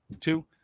two